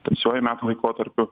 tamsiuoju metų laikotarpiu